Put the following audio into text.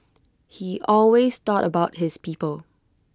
he always thought about his people